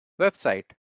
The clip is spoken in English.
website